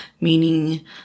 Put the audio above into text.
meaning